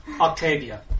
Octavia